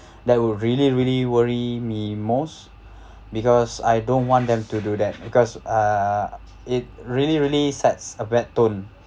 that would really really worry me most because I don't want them to do that because uh it really really sets a bad tone